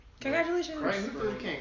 Congratulations